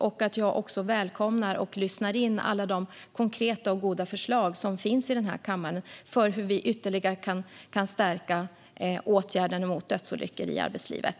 Jag välkomnar också och lyssnar in alla konkreta och goda förslag som finns i den här kammaren för hur vi ytterligare kan stärka åtgärderna mot dödsolyckor i arbetslivet.